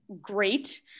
great